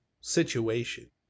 situation